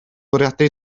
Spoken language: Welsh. bwriadu